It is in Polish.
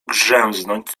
grzęznąć